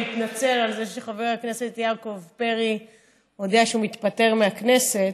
אני רוצה גם להתנצל על זה שחבר הכנסת יעקב פרי הודיע שהוא מתפטר מהכנסת,